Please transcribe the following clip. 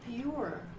pure